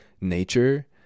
nature